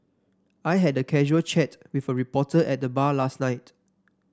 I had a casual chat with a reporter at the bar last night